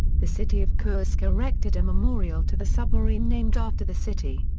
the city of kursk erected a memorial to the submarine named after the city.